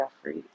Jeffrey